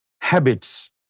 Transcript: habits